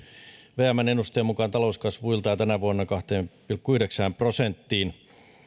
vmn ennusteen mukaan talouskasvu yltää tänä vuonna kahteen pilkku yhdeksään prosenttiin